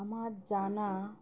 আমার জানা